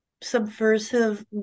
subversive